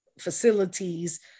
facilities